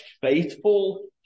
faithful